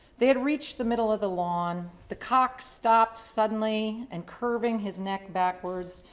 they had reached the middle of the lawn. the cock stops suddenly and curving his neck backwards,